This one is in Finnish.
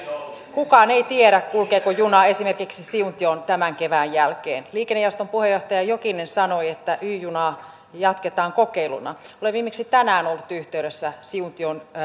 kukaan ei tiedä kulkeeko juna esimerkiksi siuntioon tämän kevään jälkeen liikennejaoston puheenjohtaja jokinen sanoi että y junaa jatketaan kokeiluna olen viimeksi tänään ollut yhteydessä siuntion